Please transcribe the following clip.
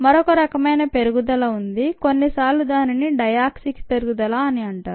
మరోక రకమైన పెరుగుదల ఉంది కొన్ని సార్లు దానిని డయాక్సిక్ పెరుగుదల అంటారు